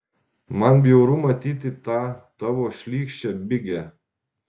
man bjauru matyti tą tavo šlykščią bigę